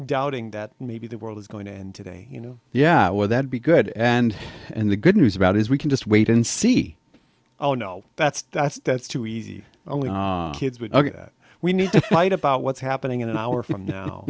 doubting that maybe the world is going to end today you know yeah well that would be good and and the good news about is we can just wait and see oh no that's that's that's too easy only kids will get we need to fight about what's happening in an hour from now